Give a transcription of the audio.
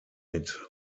mit